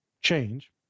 change